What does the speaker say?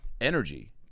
energy